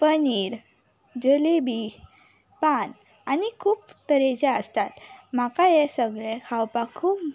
पनीर जलेबी पान आनी खूब तरेचे आसतात म्हाका हें सगळें खावपाक खूब